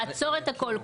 לעצור את הכל,